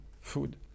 food